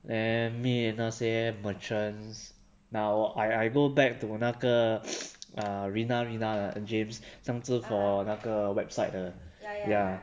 then me and 那些 merchants now I I go back to 那个 uh rena rena james 上次 for 那个 website the ya